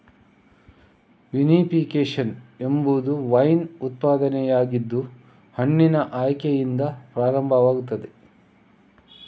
vinification ಎಂಬುದು wine ಉತ್ಪಾದನೆಯಾಗಿದ್ದು ಹಣ್ಣಿನ ಆಯ್ಕೆಯಿಂದ ಪ್ರಾರಂಭವಾಗುತ್ತದೆ